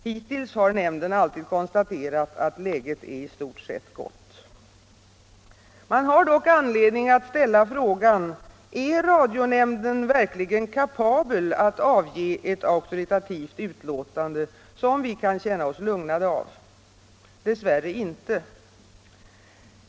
Hittills har nämnden alltid konstaterat att läget är i stort sett gott. Man har dock anledning att ställa frågan: Är radionämnden verkligen kapabel att avge ett auktoritativt utlåtande som vi kan känna oss lugnade av? Dess värre inte.